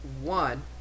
one